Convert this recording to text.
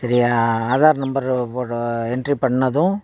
சரி ஆதார் நம்பரு போடுற என்ட்ரி பண்ணதும்